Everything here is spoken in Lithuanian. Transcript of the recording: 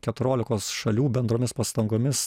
keturiolikos šalių bendromis pastangomis